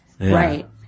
right